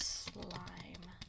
slime